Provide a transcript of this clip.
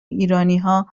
ایرانیها